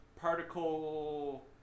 particle